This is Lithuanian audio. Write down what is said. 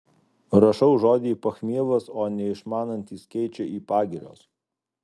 rašau žodį pachmielas o neišmanantys keičia į pagirios